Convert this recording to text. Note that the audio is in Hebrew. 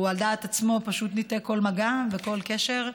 הוא, על דעת עצמו, פשוט ניתק כל מגע וכל קשר.